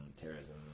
terrorism